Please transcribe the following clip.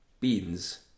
Beans